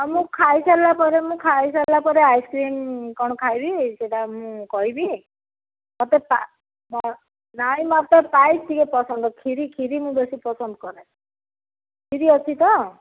ହଁ ମୁଁ ଖାଇ ସାରିଲା ପରେ ମୁଁ ଖାଇ ସାରିଲା ପରେ ଆଇସକ୍ରିମ୍ କ'ଣ ଖାଇବି ସେଟା ମୁଁ କହିବି ମୋତେ ପା ହଁ ନାଇଁ ମୋତେ ପାଏସ୍ ଟିକେ ପସନ୍ଦ କ୍ଷୀରି କ୍ଷୀରି ମୁଁ ବେଶୀ ପସନ୍ଦ କରେ କ୍ଷୀରି ଅଛି ତ